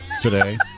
today